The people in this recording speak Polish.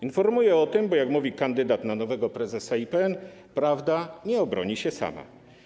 Informuję o tym, bo jak mówi kandydat na nowego prezesa IPN, prawda nie obroni się sama.